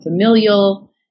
familial